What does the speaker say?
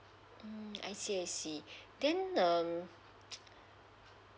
mm I see I see then um